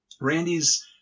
Randy's